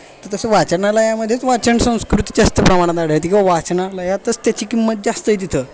तर तसं वाचनालयामध्येच वाचन संस्कृती जास्त प्रमाणात आढळते किंवा वाचनालयातच त्याची किंमत जास्त आहे जिथं